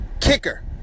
kicker